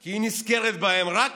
כי היא נזכרת בהם רק